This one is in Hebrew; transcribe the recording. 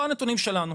לא הנתונים שלנו,